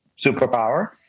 superpower